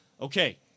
Okay